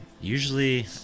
usually